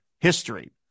history